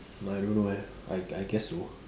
but I don't know eh I I guess so